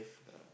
yeah